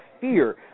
fear